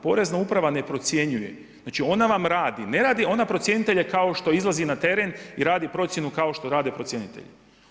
Porezna uprava ne procjenjuje, znači ona vam radi, ne radi ona procjenitelje kao što izlazi na teren i radi procjenu kao što radi procjenitelji.